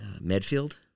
Medfield